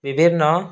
ବିଭିନ୍ନ